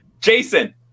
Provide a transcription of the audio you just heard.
Jason